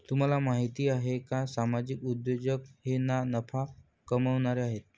तुम्हाला माहिती आहे का सामाजिक उद्योजक हे ना नफा कमावणारे आहेत